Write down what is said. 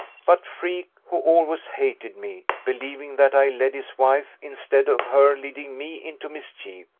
but freke, who always hated me, believing that i led his wife, instead of her leading me into mischief,